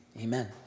amen